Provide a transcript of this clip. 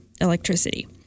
electricity